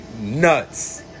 nuts